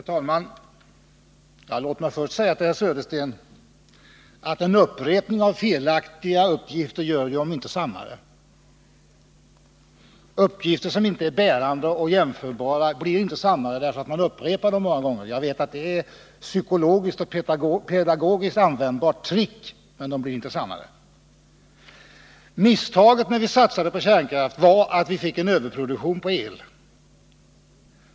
Herr talman! Låt mig först säga till Bo Södersten att en upprepning av felaktiga uppgifter gör dem inte sannare. Uppgifter som inte är bärande och jämförbara blir inte sannare därför att man upprepar dem många gånger. Jag vet att det är ett psykologiskt och pedagogiskt användbart trick, men de blir inte sannare. Misstaget när vi satsade på kärnkraftverk var att vi fick en överproduktion påel.